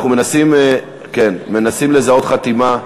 אנחנו מנסים לזהות חתימה.